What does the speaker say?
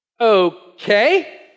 Okay